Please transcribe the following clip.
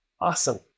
awesome